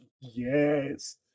yes